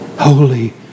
Holy